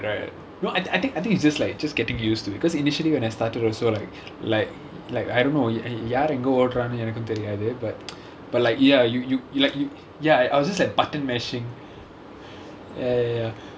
right right right no I think I think I think it's just like just getting used to it because initially when I started also like like like I don't know யார் எங்க ஓடுறாங்கனு எனக்கும் தெரியாது:yaar enga odraanganu enakku theriyaathu but but like ya you you you like you ya I was just like button mashing ya ya ya